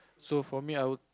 so for me I'll